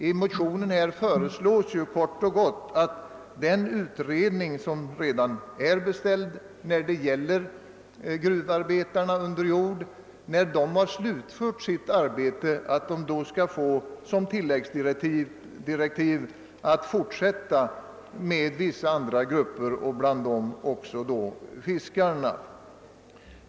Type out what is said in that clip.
I motionen föreslås kort och gott att den utredning, som redan är beställd när det gäller gruvarbetarna under jord, sedan detta arbete slutförts, skall få tilläggsdirektiv att fortsätta med vissa andra grupper, bland dem också fiskarna.